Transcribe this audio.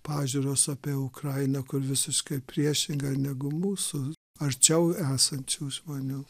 pažiūros apie ukrainą kur visiškai priešinga negu mūsų arčiau esančių žmonių